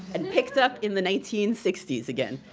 and picked up in the nineteen sixty s again.